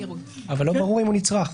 אבל לא ברור אם הוא נצרך.